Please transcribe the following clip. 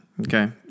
Okay